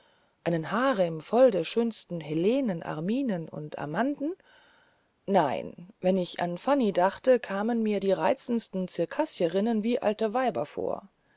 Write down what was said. einen harem voll der schönsten helenen armiden und amanden nein wenn ich an fanny dachte kamen mir die reizendsten zirkassierinnen wie alte weiber vor